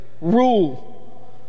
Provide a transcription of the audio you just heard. rule